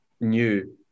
new